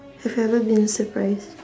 have you ever been surprised